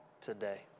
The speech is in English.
today